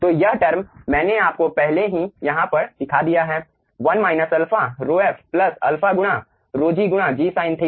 तो यह टर्म मैंने आपको पहले ही यहाँ पर दिखा दिया है 1 α ρf α गुणा ρg गुणा g sin θ